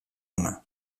ona